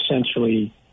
essentially